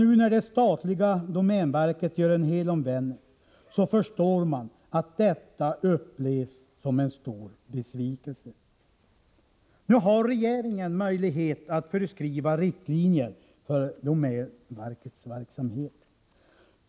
När nu det statliga domänverket gör en helomvändning så förstår man att detta upplevs som en stor besvikelse. Nu har regeringen möjlighet att föreskriva riktlinjer för domänverkets verksamhet.